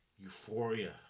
euphoria